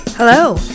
Hello